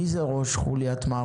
מי זה ראש חולית מערכות?